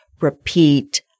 repeat